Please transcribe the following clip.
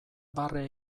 barre